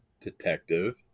Detective